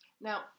Now